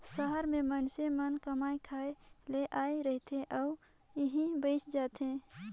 सहर में मइनसे मन कमाए खाए ले आए रहथें अउ इहें बइस जाथें